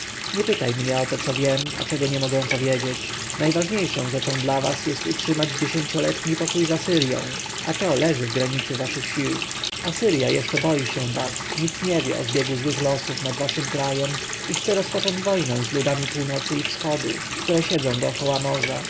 nie pytaj mnie o to co wiem a czego nie mogę powiedzieć najważniejszą rzeczą dla was jest utrzymać dziesięcioletni pokój z asyrją a to leży w granicy waszych sił asyrja jeszcze boi się was nic nie wie o zbiegu złych losów nad waszym krajem i chce rozpocząć wojnę z ludami północy i wschodu które siedzą dokoła morza